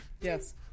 yes